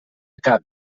cap